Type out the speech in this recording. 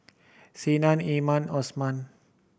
Senin Iman Osman